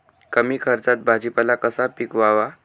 कमी खर्चात भाजीपाला कसा पिकवावा?